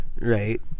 right